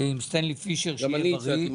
דומה.